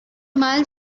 mile